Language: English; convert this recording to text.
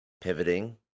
pivoting